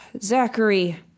Zachary